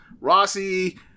Rossi